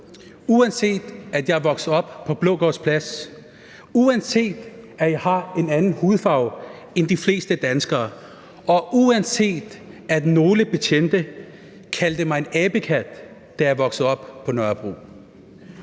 uanset at jeg er vokset op på Blågårds Plads, uanset at jeg har en anden hudfarve end de fleste danskere, og uanset at nogle betjente kaldte mig en abekat, da jeg voksede op på Nørrebro.